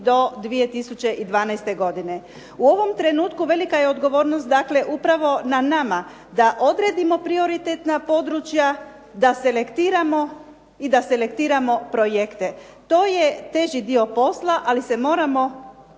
U ovom trenutku velika je odgovornost dakle upravo na nama da odredimo prioritetna područja i da selektiramo projekte. To je teži dio posla ali se moramo i